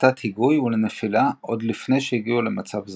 לתת-היגוי ולנפילה עוד לפני שהגיעו למצב זקוף.